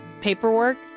paperwork